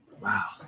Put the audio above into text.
Wow